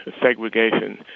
segregation